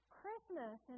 Christmas